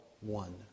one